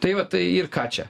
tai va tai ir ką čia